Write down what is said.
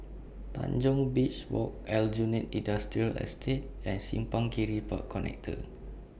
Tanjong Beach Walk Aljunied Industrial Estate and Simpang Kiri Park Connector